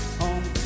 home